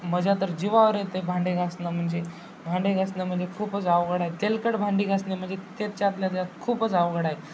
माझ्या तर जीवावर येते भांडे घासणं म्हणजे भांडे घासणं म्हणजे खूपच अवघड आहे तेलकट भांडी घासणे म्हणजे त्याच्यातल्या त्यात खूपच अवघड आहे